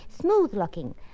smooth-looking